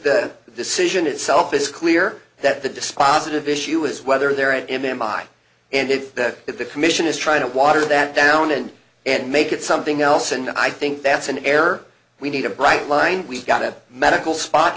the decision itself is clear that the dispositive issue is whether they're an m r i and that if the commission is trying to water that down and and make it something else and i think that's an error we need a bright line we've got a medical spot